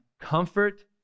comfort